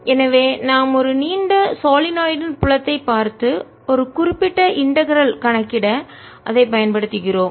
எனவே நாம் ஒரு நீண்ட சாலினாயிட்ய்டின் புலத்தை பார்த்து ஒரு குறிப்பிட்ட இன்டகரல் கணக்கிட அதை பயன்படுத்துகிறோம்